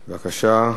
בבקשה.